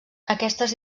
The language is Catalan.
aquestes